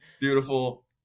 Beautiful